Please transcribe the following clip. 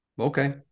okay